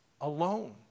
alone